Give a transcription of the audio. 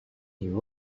you